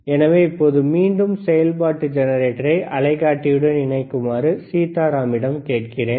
எனவே இப்போது மீண்டும் செயல்பாட்டு ஜெனரேட்டரை அலைக்காட்டியுடன் இணைக்குமாறு சீதாராமிடம் கேட்கிறேன்